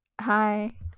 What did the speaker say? Hi